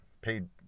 paid